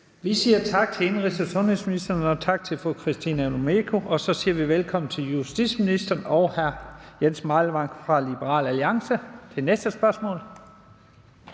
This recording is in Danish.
Vi siger tak til indenrigs- og sundhedsministeren, og tak til fru Christina Olumeko. Så siger vi velkommen til justitsministeren og til hr. Jens Meilvang fra Liberal Alliance, som gerne